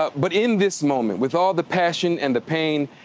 but but in this moment, with all the passion and the pain,